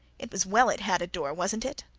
it was well it had a door wasn't it?